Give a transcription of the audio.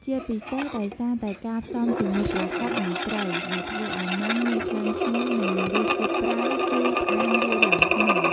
ជាពិសេសដោយសារតែការផ្សំជាមួយប្រហុក និងត្រី ដែលធ្វើឲ្យម៉ាំមានក្លិនឈ្ងុយ និងរសជាតិប្រៃ ជូរ ផ្អែម លាយឡំគ្នា។